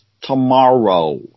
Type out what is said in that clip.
tomorrow